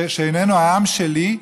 שאיננו העם שלי?